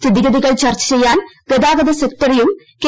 സ്ഥിതിഗതികൾ ചർച്ച ചെയ്യാൻ ഗതാഗത സെക്രട്ടറിയും കെ